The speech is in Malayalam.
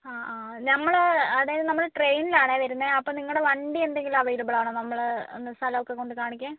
ആ ആ ഞങ്ങൾ അതായത് നമ്മൾ ട്രെയിനിലാണെ വരുന്നത് അപ്പം നിങ്ങളുടെ വണ്ടി എന്തെങ്കിലും അവൈലബിൾ ആണോ നമ്മളെ ഒന്നു സ്ഥലമൊക്കെ കൊണ്ടുകാണിക്കാൻ